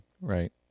right